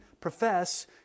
profess